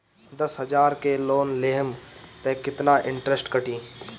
दस हजार के लोन लेहम त कितना इनट्रेस कटी?